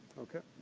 okay?